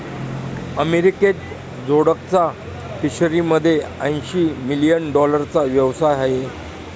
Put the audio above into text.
अमेरिकेत जोडकचा फिशरीमध्ये ऐंशी मिलियन डॉलरचा व्यवसाय आहे